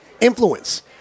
influence